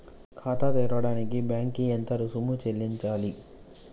ఖాతా తెరవడానికి బ్యాంక్ కి ఎంత రుసుము చెల్లించాలి?